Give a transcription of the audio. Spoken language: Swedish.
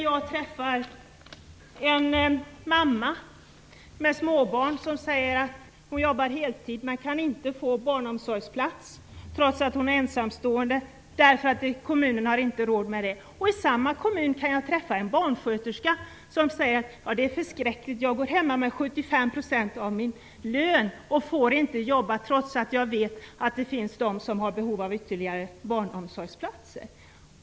Jag träffar en mamma med småbarn som säger att hon jobbar heltid men inte kan få en barnomsorgsplats trots att hon är ensamstående därför att kommunen inte har råd med det. I samma kommun kan jag träffa en barnsköterska som säger att hon går hemma med 75 % av sin lön och får inte jobba trots att hon vet att det finns de som har behov av ytterligare barnomsorgsplatser.